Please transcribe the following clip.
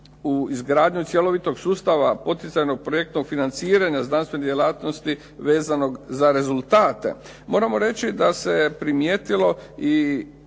u izgradnju cjelovitog sustava poticajnog projekta financiranja znanstvene djelatnosti vezanog za rezultate. Moramo reći da se primijetilo i